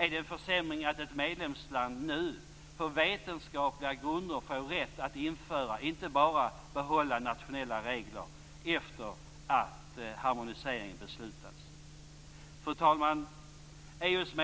Är det en försämring att ett medlemsland nu på vetenskapliga grunder får rätt att införa, och inte bara behålla, nationella regler efter det att man fattat beslut om harmonisering? Fru talman! EU:s